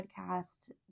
podcast